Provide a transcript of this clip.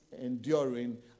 enduring